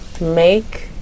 Make